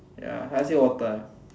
ya I say water ah